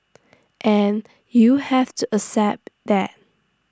and you have to accept that